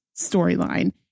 storyline